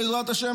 בעזרת ה',